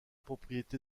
propriété